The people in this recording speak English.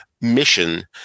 mission